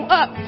up